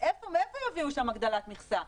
מאיפה יביאו שם הגדלת מכסה?